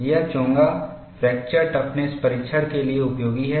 यह चोंगा fracture toughness परीक्षण के लिए उपयोगी है